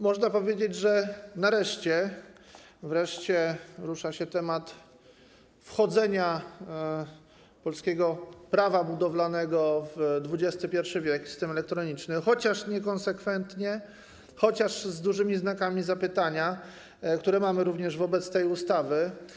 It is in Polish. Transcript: Można powiedzieć, że nareszcie, wreszcie rusza się temat wchodzenia polskiego Prawa budowlanego w XXI w. w system elektroniczny, chociaż niekonsekwentnie, chociaż z dużymi znakami zapytania, które mamy również odnośnie do tej ustawy.